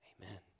Amen